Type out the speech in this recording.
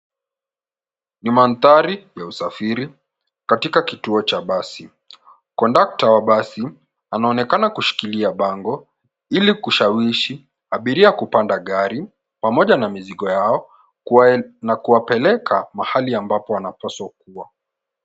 Ni mandhari ya usafiri katika kituo cha basi. Kondakta wa basi anaonekana kushikilia bango ili kushawishi abiria kupanda gari pamoja na mizigo yao na kuwapeleka mahali ambapo wanapaswa kuwa.